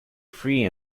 free